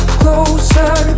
closer